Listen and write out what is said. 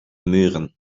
muren